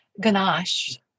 ganache